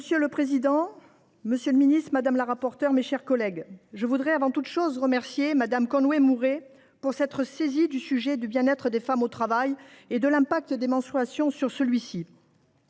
Monsieur le président, monsieur le ministre, mes chers collègues, je voudrais avant toute chose remercier Mme Conway Mouret de s’être saisie du sujet du bien être des femmes au travail et de l’effet des menstruations sur lui.